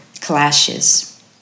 clashes